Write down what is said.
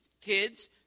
kids